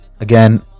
again